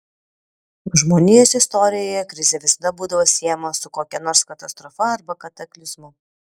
žmonijos istorijoje krizė visada būdavo siejama su kokia nors katastrofa arba kataklizmu